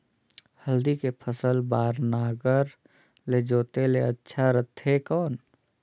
हल्दी के फसल बार नागर ले जोते ले अच्छा रथे कौन?